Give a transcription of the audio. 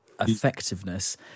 effectiveness